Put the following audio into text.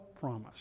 promise